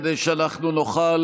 כדי שאנחנו נוכל,